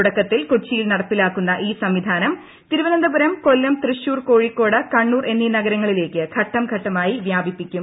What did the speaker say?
തുടക്കത്തിൽ കൊച്ചിയിൽ നടപ്പിലാക്കുന്ന ഈ സംവിധാനം തിരുവനന്തപുരം കൊല്ലം തൃശൂർ കോഴിക്കോട് കണ്ണൂർ എന്നീ നഗരങ്ങളിലേയ്ക്ക് ഘട്ടംഘട്ടമായി വ്യാപിപ്പിക്കും